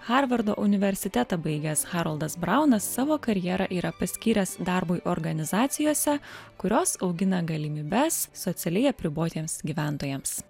harvardo universitetą baigęs haroldas braunas savo karjerą yra paskyręs darbui organizacijose kurios augina galimybes socialiai apribotiems gyventojams